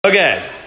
Okay